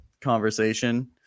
conversation